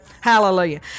Hallelujah